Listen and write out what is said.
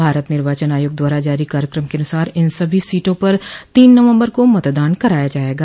भारत निर्वाचन आयोग द्वारा जारी कार्यक्रम के अनुसार इन सभी सीटों पर तीन नवम्बर को मतदान कराया जायेगा